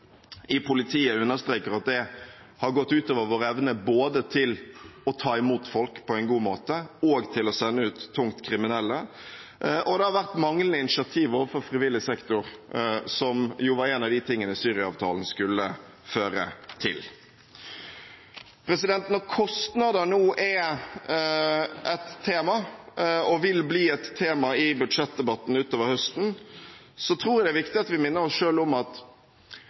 i politiet understreker at det har gått ut over vår evne både til å ta imot folk på en god måte og til å sende ut tungt kriminelle. Og det har vært manglende initiativ overfor frivillig sektor, som jo var en av de tingene Syria-avtalen skulle føre til. Når kostnader nå er og vil bli et tema i budsjettdebattene utover høsten, tror jeg det er viktig at vi minner oss selv om at